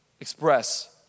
express